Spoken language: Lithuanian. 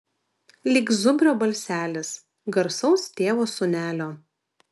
lyg zubrio balselis garsaus tėvo sūnelio